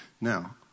Now